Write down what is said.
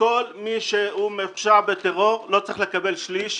שכל מי שמורשע בטרור לא צריך לקבל שליש,